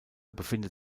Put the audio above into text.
befindet